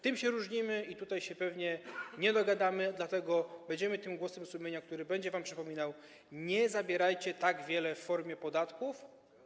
Tym się różnimy i tutaj się pewnie nie dogadamy, dlatego będziemy tym głosem sumienia, który będzie wam przypominał: nie zabierajcie tak wiele w formie podatków.